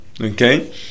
Okay